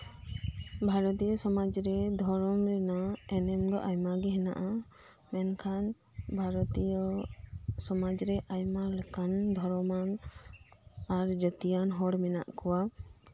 ᱵᱷᱟᱨᱚᱛᱤᱭᱟᱹ ᱥᱚᱢᱟᱡ ᱨᱮ ᱫᱷᱚᱨᱚᱢ ᱨᱮᱱᱟᱜ ᱮᱱᱮᱢ ᱫᱚ ᱟᱭᱢᱟᱜᱤ ᱦᱮᱱᱟᱜ ᱟ ᱢᱮᱱᱠᱷᱟᱱ ᱵᱷᱟᱨᱚᱛᱤᱭᱟᱹ ᱥᱚᱢᱟᱡ ᱨᱮ ᱟᱭᱢᱟ ᱞᱮᱠᱟᱱ ᱫᱷᱚᱨᱚᱢᱟᱱ ᱟᱨ ᱡᱟᱹᱛᱤᱭᱟᱱ ᱦᱚᱲ ᱢᱮᱱᱟᱜ ᱠᱚᱣᱟ